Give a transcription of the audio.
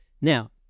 Now